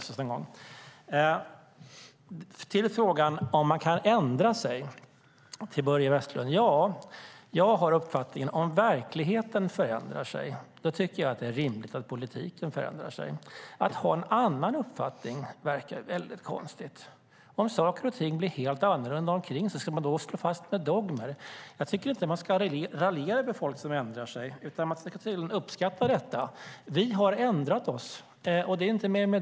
Så går jag till frågan om man kan ändra sig, Börje Vestlund. Jag har uppfattningen att om verkligheten förändrar sig är det rimligt att politiken förändrar sig. Att ha en annan uppfattning verkar väldigt konstigt. Om saker och ting blir helt annorlunda omkring en, ska man då stå fast vid dogmer? Jag tycker inte att man ska raljera över människor som ändrar sig, utan man ska uppskatta detta. Vi har ändrat oss, och det är inte mer med det.